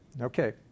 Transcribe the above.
Okay